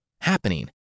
happening